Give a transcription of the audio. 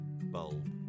Bulb